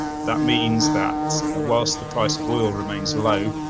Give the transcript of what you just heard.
that means that whilst the price of oil remains low,